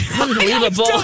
unbelievable